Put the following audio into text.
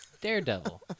Daredevil